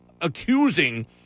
accusing